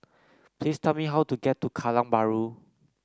please tell me how to get to Kallang Bahru